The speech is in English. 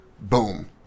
Boom